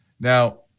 Now